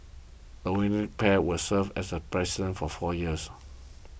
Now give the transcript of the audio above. the winning pair will serve as President for four years